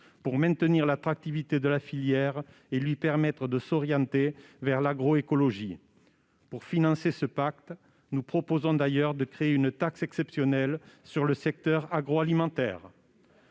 pour maintenir l'attractivité de la filière et lui permettre de s'orienter vers l'agroécologie. Pour financer ce pacte, nous proposons de créer une taxe exceptionnelle sur le secteur agroalimentaire.